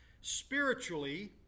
Spiritually